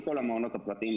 שכל המעונות הפרטיים,